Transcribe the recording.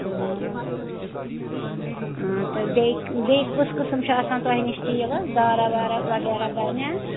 تہٕ بیٚیہِ بیٚیہِ کُس قٕسٕم چھِ آسان تۄہہِ نِش تیٖل حظ دارا وارا وغیرہ بَنیٛاہ